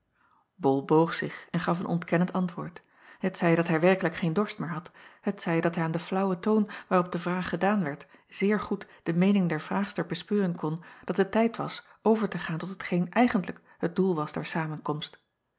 ol boog zich en gaf een ontkennend antwoord t zij dat hij werkelijk geen dorst meer had t zij dat hij aan den flaauwen toon waarop de vraag gedaan werd zeer goed de meening der vraagster bespeuren kon dat het tijd was over te gaan tot hetgeen eigentlijk het doel was der samenkomst